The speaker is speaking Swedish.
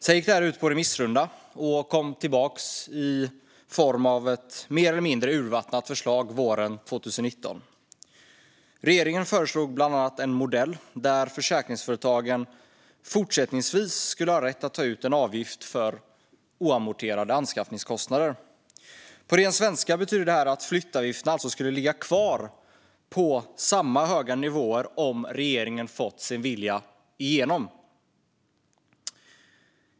Sedan gick detta ut på remissrunda och kom tillbaka i form av ett mer eller mindre urvattnat förslag våren 2019. Regeringen föreslog bland annat en modell där försäkringsföretagen fortsättningsvis skulle ha rätt att ta ut en avgift för oamorterade anskaffningskostnader. På ren svenska betydde det här att flyttavgifterna alltså skulle ligga kvar på samma höga nivåer om regeringen hade fått sin vilja igenom.